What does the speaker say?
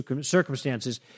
circumstances